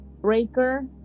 Breaker